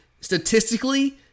statistically